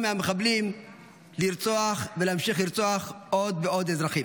מהמחבלים לרצוח ולהמשיך לרצוח עוד ועוד אזרחים.